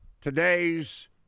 today's